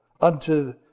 unto